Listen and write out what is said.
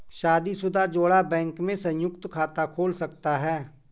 शादीशुदा जोड़ा बैंक में संयुक्त खाता खोल सकता है